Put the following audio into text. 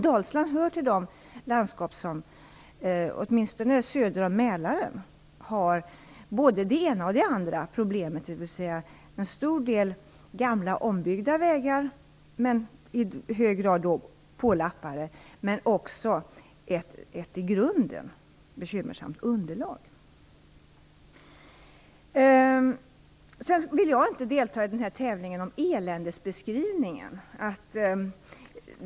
Dalsland hör till de landskap söder om Mälaren som har både det ena och det andra problemet, dvs. en stor andel gamla och ombyggda vägar, som är i hög grad pålappade, och ett i grunden bekymmersamt underlag. Jag vill inte delta i tävlingen om eländesbeskrivningar.